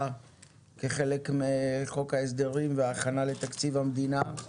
כחלק מחוק ההסדרים וההכנה לתקציב המדינה,